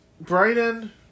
Brighton